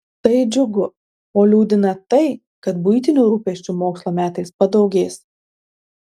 tai džiugu o liūdina tai kad buitinių rūpesčių mokslo metais padaugės